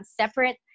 separate